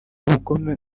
ubugome